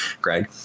Greg